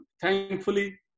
thankfully